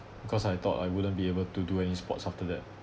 because I thought I wouldn't be able to do any sports after that